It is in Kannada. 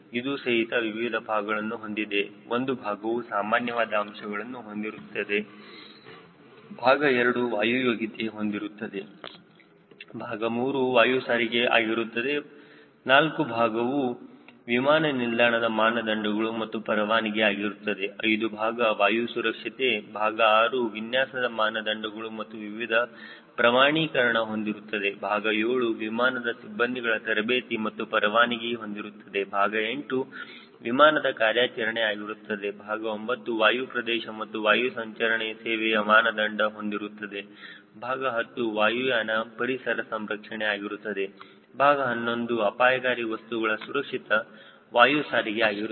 ಇದು ಸಹಿತ ವಿವಿಧ ಭಾಗಗಳನ್ನು ಹೊಂದಿದೆ 1 ಭಾಗವು ಸಾಮಾನ್ಯವಾದ ಅಂಶಗಳನ್ನು ಹೊಂದಿದೆ ಭಾಗ 2 ವಾಯು ಯೋಗ್ಯತೆ ಹೊಂದಿರುತ್ತದೆ ಭಾಗ 3 ವಾಯು ಸಾರಿಗೆ ಆಗಿರುತ್ತದೆ 4 ಭಾಗವು ವಿಮಾನ ನಿಲ್ದಾಣದ ಮಾನದಂಡಗಳು ಮತ್ತು ಪರವಾನಿಗೆ ಆಗಿರುತ್ತದೆ 5 ಭಾಗ ವಾಯು ಸುರಕ್ಷತೆ ಭಾಗ 6 ವಿನ್ಯಾಸದ ಮಾನದಂಡಗಳು ಮತ್ತು ವಿವಿಧ ಪ್ರಮಾಣೀಕರಣ ಹೊಂದಿರುತ್ತದೆ ಭಾಗ 7 ವಿಮಾನ ಸಿಬ್ಬಂದಿಗಳ ತರಬೇತಿ ಮತ್ತು ಪರವಾನಿಗೆ ಹೊಂದಿರುತ್ತದೆ ಭಾಗ 8 ವಿಮಾನದ ಕಾರ್ಯಾಚರಣೆ ಆಗಿರುತ್ತದೆ ಭಾಗ 9 ವಾಯುಪ್ರದೇಶ ಮತ್ತು ವಾಯು ಸಂಚರಣೆ ಸೇವೆಯ ಮಾನದಂಡ ಹೊಂದಿರುತ್ತದೆ ಭಾಗ 10 ವಾಯುಯಾನ ಪರಿಸರ ಸಂರಕ್ಷಣೆ ಆಗಿರುತ್ತದೆ ಭಾಗ 11 ಅಪಾಯಕಾರಿ ವಸ್ತುಗಳ ಸುರಕ್ಷಿತ ವಾಯು ಸಾರಿಗೆ ಆಗಿರುತ್ತದೆ